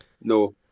no